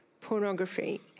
pornography